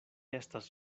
estas